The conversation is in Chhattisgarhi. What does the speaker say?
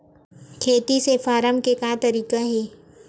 खेती से फारम के का तरीका हे?